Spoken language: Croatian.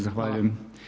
Zahvaljujem.